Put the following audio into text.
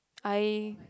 I